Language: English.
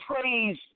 praise